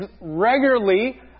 regularly